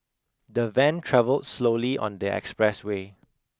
the van travelled slowly on the expressway